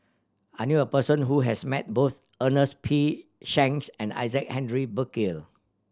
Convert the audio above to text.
I knew a person who has met both Ernest P Shanks and Isaac Henry Burkill